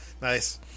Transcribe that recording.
nice